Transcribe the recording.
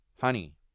honey